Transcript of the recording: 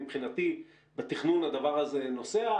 מבחינתי בתכנון הדבר הזה נוסע,